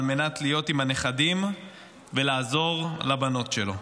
מנת להיות עם הנכדים ולעזור לבנות שלו.